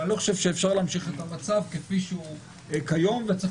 אבל אני לא חושב שאפשר להמשיך עם המצב כפי שהוא כיום וצריך